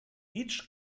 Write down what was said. each